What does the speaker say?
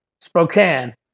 Spokane